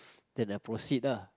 then I proceed ah